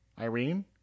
Irene